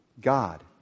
God